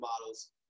models